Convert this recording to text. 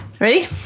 ready